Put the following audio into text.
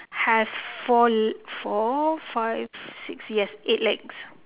has four le~ four five six yes eight legs